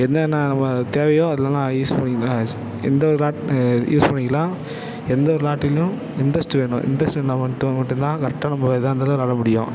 என்னென்ன வ தேவையோ அதிலலாம் யூஸ் பண்ணி ஸ் எந்த விளாட் யூஸ் பண்ணிக்கலாம் எந்த விளாட்டுலையும் இன்ட்ரெஸ்ட்டு வேணும் இன்ட்ரெஸ்ட் இருந்தால் மட்டும் மட்டும் தான் கரெக்டாக நம்ம ஏதாக இருந்தாலும் விளாட முடியும்